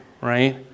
right